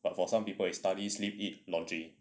but for some people it's study sleep eat laundry